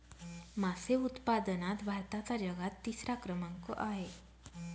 मासे उत्पादनात भारताचा जगात तिसरा क्रमांक आहे